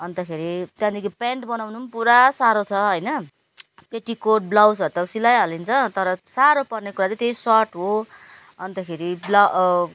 अन्तखेरि त्यहाँदेखि पेन्ट बनाउनु पुरा साह्रो छ होइन पेटिकोट ब्लाउजहरू त सिलाइहालिन्छ तर साह्रो पर्ने कुरा चाहिँ त्यही सर्ट हो अन्तखेरि ब्ला